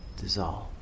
dissolve